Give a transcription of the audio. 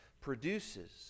produces